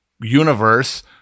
universe